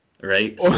right